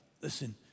Listen